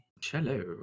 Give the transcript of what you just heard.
cello